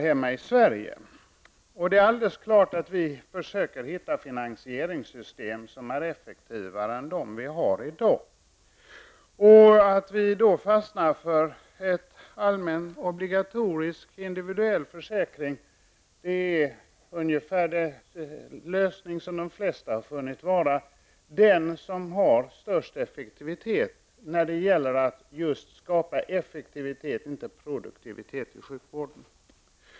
Det står helt klart att vi försöker hitta finansieringssystem som är effektivare än dagens. Vi moderater har fastnat för en allmän, obligatorisk och individuell försäkring. Det är den lösning som de flesta har funnit vara bäst när det gäller att skapa effektivitet och inte produktivitet i sjukvården.